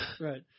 right